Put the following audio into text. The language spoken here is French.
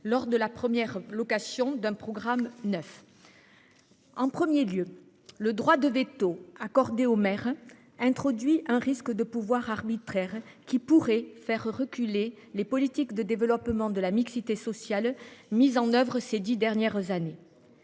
lors de la première location d’un programme neuf. Tout d’abord, le droit de veto accordé aux maires introduit un risque de pouvoir arbitraire, qui pourrait faire reculer les politiques de développement de la mixité sociale mises en œuvre ces dix dernières années.